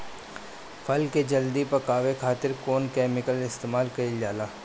फल के जल्दी पकावे खातिर कौन केमिकल इस्तेमाल कईल जाला?